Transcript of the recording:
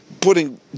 putting